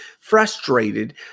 frustrated